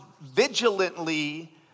vigilantly